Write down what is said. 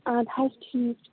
آدٕ حظ ٹھیٖک چھُ